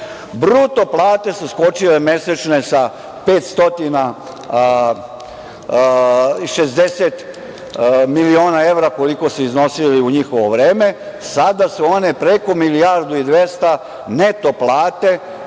Bruto plate su skočile mesečne sa 560 miliona evra koliko su iznosile u njihovo vreme i sada su one preko milijardu i 200. Neto plate